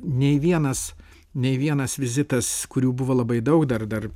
nei vienas nei vienas vizitas kurių buvo labai daug dar dar